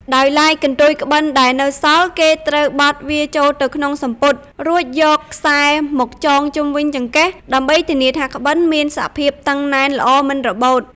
ដោយឡែកកន្ទុយក្បិនដែលនៅសល់គេត្រូវបត់វាចូលទៅក្នុងសំពត់ រួចយកខ្សែរមកចងជុំវិញចង្កេះដើម្បីធានាថាក្បិនមានសភាពតឹងណែនល្អមិនរបូត។